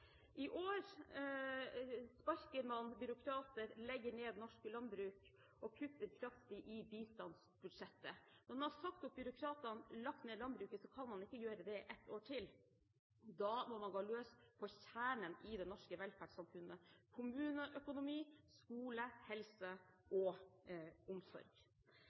I år sparker man byråkrater, legger ned norsk landbruk og kutter kraftig i bistandsbudsjettet. Når man har sagt opp byråkratene og lagt ned landbruket, kan man ikke gjøre det et år til. Da må man gå løs på kjernen i det norske velferdssamfunnet: kommuneøkonomi, skole, helse og omsorg.